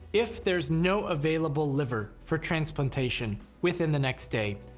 if there is no available liver for transplantation within the next day,